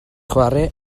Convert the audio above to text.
chwarae